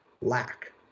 lack